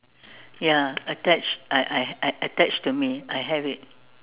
ya attached I I attached to me I have it